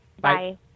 Bye